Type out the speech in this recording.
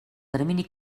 termini